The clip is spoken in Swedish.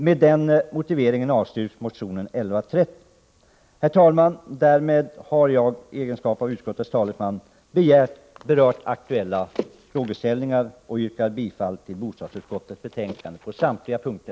Med denna motivering avstyrker jag motion 1130. Herr talman! Därmed har jag i egenskap av utskottets talesman berört aktuella frågeställningar och yrkar bifall till hemställan i bostadsutskottets betänkande på samtliga punkter.